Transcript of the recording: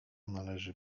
należy